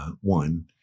one